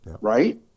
right